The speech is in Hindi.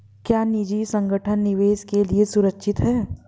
क्या निजी संगठन निवेश के लिए सुरक्षित हैं?